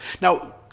Now